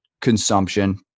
consumption